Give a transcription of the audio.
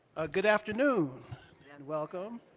ah good afternoon and welcome.